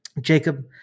Jacob